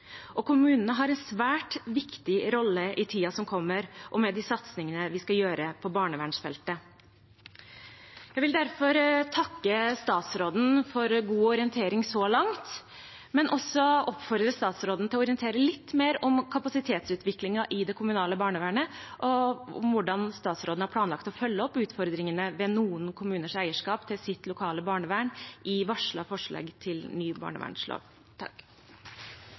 Kommunene har en svært viktig rolle i tiden som kommer, med de satsingene vi skal gjøre på barnevernsfeltet. Jeg vil derfor takke statsråden for god orientering så langt, men også oppfordre ham til å orientere litt mer om kapasitetsutviklingen i det kommunale barnevernet, og om hvordan han har planlagt å følge opp utfordringene ved noen kommuners eierskap til sitt lokale barnevern i varslet forslag til ny barnevernslov.